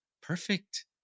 Perfect